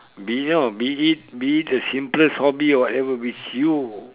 be no be it be it the simplest hobby or whatever which you